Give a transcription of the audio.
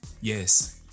Yes